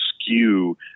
skew